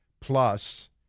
plus